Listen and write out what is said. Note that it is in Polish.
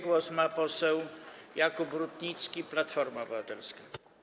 Głos ma poseł Jakub Rutnicki, Platforma Obywatelska.